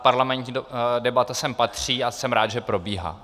Parlamentní debata sem patří a jsem rád, že probíhá.